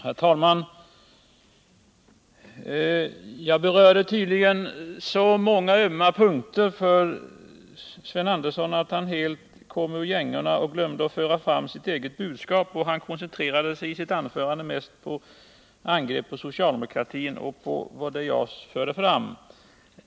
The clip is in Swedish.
Herr talman! Jag berörde tydligen så många ömma punkter för Sven Andersson att han helt kom ur gängorna och glömde att föra fram sitt eget budskap. Han koncentrerade sig i sitt anförande mest på angrepp på socialdemokratin och på vad jag fört fram.